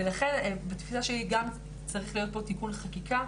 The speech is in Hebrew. ולכן גם בתפיסה שלי צריך להיות פה תיקון חקיקה.